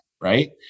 right